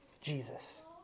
Jesus